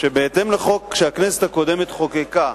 שבהתאם לחוק שהכנסת הקודמת חוקקה,